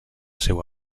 seu